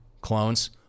Clones